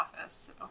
office